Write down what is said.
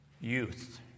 youth